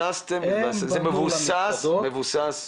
זה מבוסס.